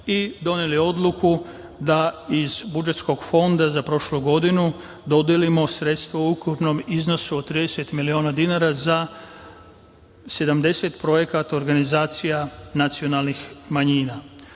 i doneli odluku da iz budžetskog fonda za prošlu godinu dodelimo sredstva u ukupnom iznosu od 30 miliona dinara za 70 projekata organizacija nacionalnih manjina. Što